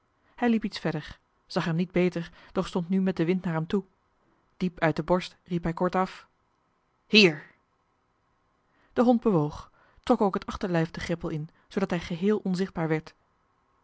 hij liep iets verder zag hem niet beter doch stond nu met den wind naar hem toe diep uit de borst riep hij nu kortaf johan de meester de zonde in het deftige dorp hier de hond bewoog trok ook het achterlijf de greppel in zoodat hij geheel onzichtbaar werd